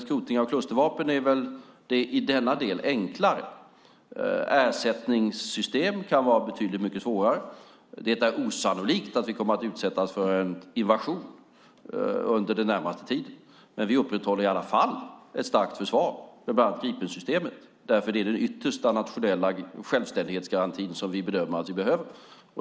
Skrotningen av klustervapen är väl i denna del enklare. Ersättningssystem kan vara betydligt svårare, och det är osannolikt att vi kommer att utsättas för en invasion under den närmaste tiden. Dock upprätthåller vi i alla fall ett starkt försvar, bland annat med Gripensystemet, därför att det är den yttersta nationella självständighetsgaranti vi bedömer att vi behöver.